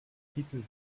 titel